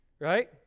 Right